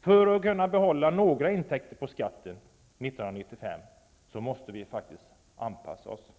För att kunna behålla några intäkter av skatten 1995 måste vi anpassa oss.